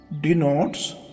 denotes